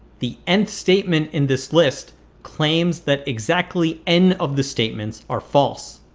the nth statement in this list claims that exactly n of the statements are false.